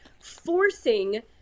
forcing